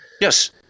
Yes